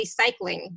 recycling